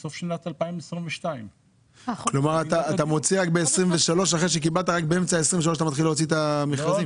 בסוף בשנת 2022. באמצע 2023 אתה מתחיל להוציא את המכרזים?